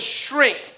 shrink